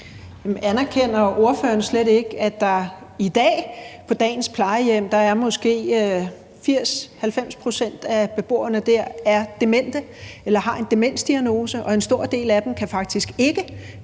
(V): Anerkender ordføreren slet ikke, at på plejehjemmene i dag er måske 80-90 pct. af beboerne demente eller har en demensdiagnose, og at en stor del af dem faktisk ikke